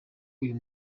uyu